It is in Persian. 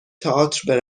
تاتر